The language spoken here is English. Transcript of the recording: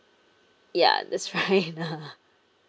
ya that's fine lah